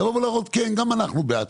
שתגידו שגם אתם בעד.